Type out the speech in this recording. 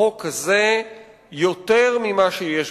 בחוק הזה יותר ממה שיש בו.